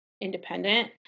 independent